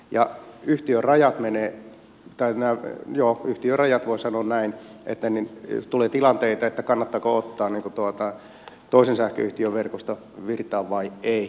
ja yhtiön rajat menevät voi sanoa näin että tulee tilanteita kannattaako ottaa toisen sähköyhtiön verkosta virtaa vai ei